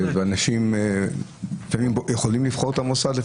אנשים לפעמים יכולים לבחור את המוסד,